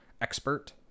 expert